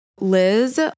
Liz